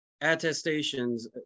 attestations